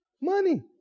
money